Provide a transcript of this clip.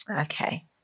Okay